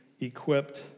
equipped